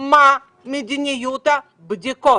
מה מדיניות הבדיקות